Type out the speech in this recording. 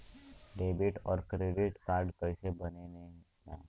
Debit और credit card कईसे बने ने ला?